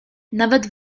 nawet